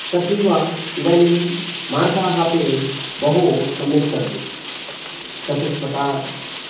तथैव इदानीं मार्गाः अपि बहु सम्यक् सन्ति चतुष्पथ